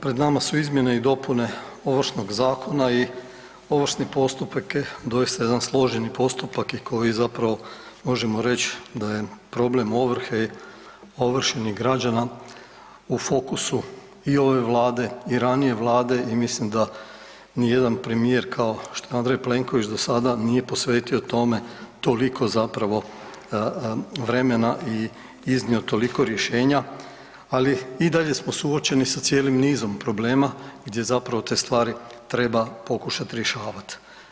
Pred nama su izmjene i dopune Ovršnog zakona i ovršni postupak je doista jedan složeni postupak koji zapravo možemo reć da je problem ovrhe i ovršenih građana u fokusu i ove vlade i ranije vlade i mislim da nijedan premijer kao što je Andrej Plenković do sada nije posvetio tome toliko zapravo vremena i iznio toliko rješenja, ali i dalje smo suočeni sa cijelim nizom problema gdje zapravo te stvari treba pokušat rješavat.